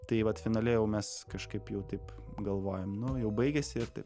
tai vat finale jau mes kažkaip jau taip galvojam nu jau baigėsi ir taip